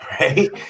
right